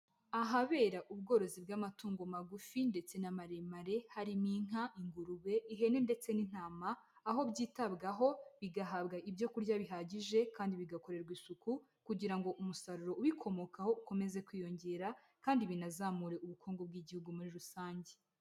Ahabera ubworozi bw'amatungo magufi ndetse n'amaremare harimo inka, ingurube, ihene ndetse n'intama, aho byitabwaho bigahabwa ibyo kurya bihagije kandi bigakorerwa isuku, kugira ngo umusaruro ubikomokaho ukomeze kwiyongera kandi binazamure ubukungu bw'igihugu muri rusange.